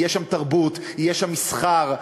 תהיה שם תרבות ויהיה שם מסחר.